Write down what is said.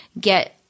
get